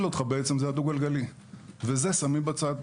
אותך זה הדו גלגלי ואת זה שמים בצד.